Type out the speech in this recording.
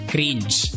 Cringe